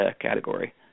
category